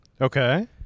Okay